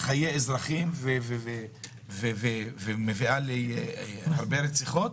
חיי אזרחים ומביאה להרבה רציחות